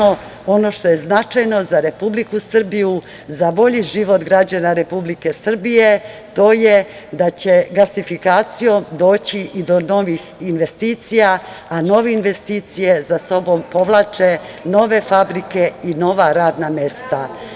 Ono što je značajno za Republiku Srbiju, za bolji život građana Republike Srbije to je da će gasifikacijom doći i do novih investicija, a nove investicije za sobom povlače nove fabrike i nova radna mesta.